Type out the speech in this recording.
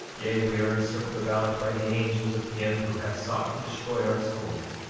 yea, we are encircled about by the angels of him who hath sought to destroy our souls.